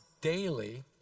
daily